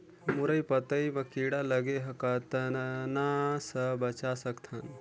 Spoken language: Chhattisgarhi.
मुरई पतई म कीड़ा लगे ह कतना स बचा सकथन?